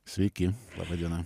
sveiki laba diena